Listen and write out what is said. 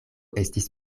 estis